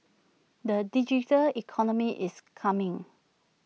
the digital economy is coming